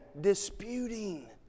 disputing